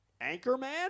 Anchorman